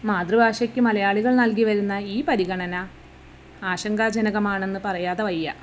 മാതൃഭാഷയ്ക്ക് മലയാളികൾ നൽകി വരുന്ന ഈ പരിഗണന ആശങ്കാജനകമാണെന്ന് പറയാതെ വയ്യ